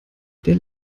der